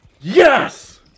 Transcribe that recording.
Yes